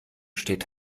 steht